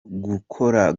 gukora